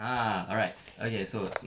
ah alright okay so